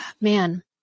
man